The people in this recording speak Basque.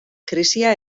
krisia